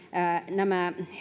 nämä